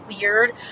weird